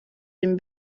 dem